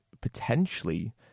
potentially